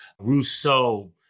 Rousseau